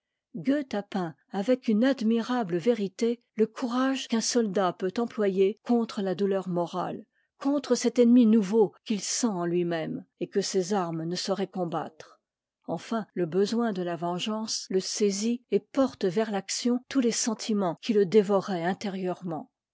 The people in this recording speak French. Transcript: avec une admirable vérité le courage qu'un soldat peut employer contre la douleur morale contre cet ennemi nouveau qu'il senten tui même et que ses armes ne sauraient combattre enfin le besoin de la vengeance le saisit et porte vers l'action tous les sentiments qui le dévoraient intérieurement